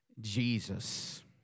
Jesus